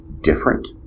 different